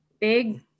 big